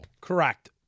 Correct